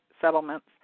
settlements